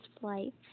flight